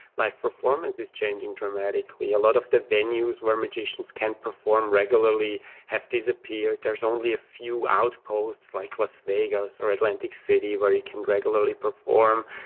live performance is changing dramatically. a lot of the venues where magicians can perform regularly have disappeared. there's only a few outposts like las vegas or atlantic city where you can regularly perform.